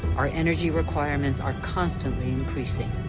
our energy requirements are constantly increasing.